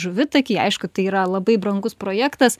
žuvitakį aišku tai yra labai brangus projektas